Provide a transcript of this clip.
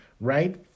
right